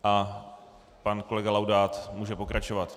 A pan kolega Laudát může pokračovat.